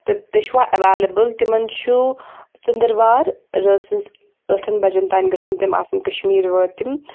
تہٕ تُہۍ چھِوا اؠویلیبٕل تِمن چھُ ژٕنٛدٕروار رٲژ سٕنٛز ٲٹھن بَجَن تانۍ گژھَن تِم آسٕنۍ کشمیٖر وٲتِم